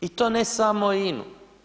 I to ne samo INA-u.